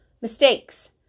mistakes